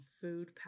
food